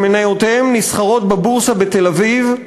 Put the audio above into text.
שמניותיהן נסחרות בבורסה בתל-אביב,